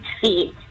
feet